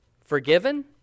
forgiven